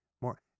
more